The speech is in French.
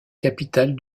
capitale